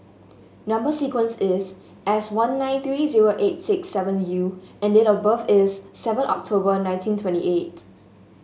number sequence is S one nine three zero eight six seven U and date of birth is seven October nineteen twenty eight